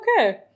Okay